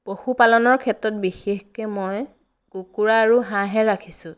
পশুপালনৰ ক্ষেত্ৰত বিশেষকৈ মই কুকুৰা আৰু হাঁহহে ৰাখিছোঁ